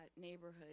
neighborhood